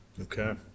Okay